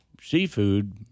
seafood